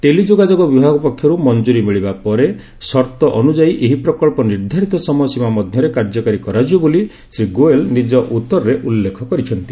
ଟେଲି ଯୋଗାଯୋଗ ବିଭାଗ ପକ୍ଷରୁ ମଞ୍ଜୁରୀ ମିଳିବା ପରେ ସର୍ତ୍ତ ଅନୁଯାୟୀ ଏହି ପ୍ରକଳ୍ପ ନିର୍ଦ୍ଧାରିତ ସମୟ ସୀମା ମଧ୍ୟରେ କାର୍ଯ୍ୟକାରୀ କରାଯିବ ବୋଲି ଶ୍ରୀ ଗୋଏଲ ନିଜ ଉତ୍ତରରେ ଉଲ୍ଲେଖ କରିଛନ୍ତି